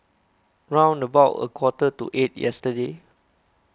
round about a quarter to eight yesterday